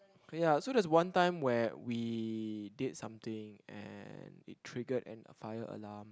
oh ya so there's one time where we did something and it triggered an fire alarm